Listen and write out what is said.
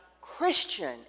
Christian